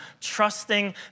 trusting